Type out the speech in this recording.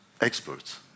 experts